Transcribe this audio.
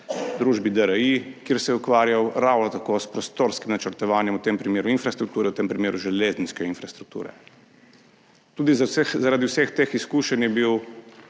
družbi DRI, kjer se je ukvarjal ravno tako s prostorskim načrtovanjem, v tem primeru infrastrukture, v tem primeru železniške infrastrukture. Tudi zaradi vseh teh izkušenj je bil